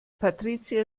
patricia